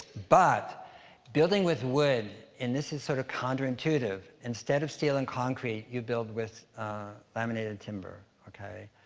but building with wood, and this is sort of counter-intuitive. instead of steel and concrete, you build with laminated timber, okay?